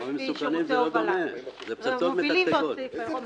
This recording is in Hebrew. זה פצצות מתקתקות.